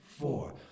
four